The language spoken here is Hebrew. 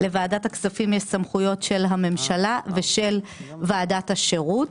לוועדת הכספים יש הסמכויות של הממשלה ושל ועדת השירות.